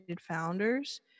founders